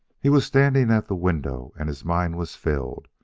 he was standing at the window, and his mind was filled,